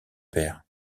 père